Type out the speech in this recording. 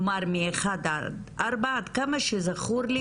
כלומר מ-1 עד 4. עד כמה שזכור לי,